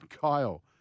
Kyle